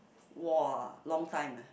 !wah! long time ah